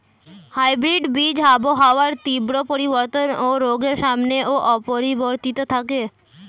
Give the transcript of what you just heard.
hybrid বীজ আবহাওয়ার তীব্র পরিবর্তন ও রোগের সামনেও অপরিবর্তিত থাকে